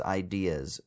ideas